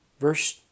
Verse